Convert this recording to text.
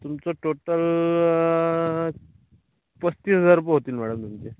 तुमचं टोटल पस्तीस हजार रूपये होतील मॅडम तुमचे